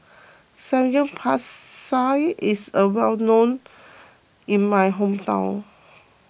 Samgyeopsal is well known in my hometown